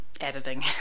editing